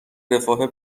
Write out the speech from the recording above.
رفاه